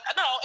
no